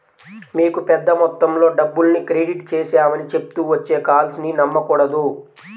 మీకు పెద్ద మొత్తంలో డబ్బుల్ని క్రెడిట్ చేశామని చెప్తూ వచ్చే కాల్స్ ని నమ్మకూడదు